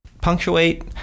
Punctuate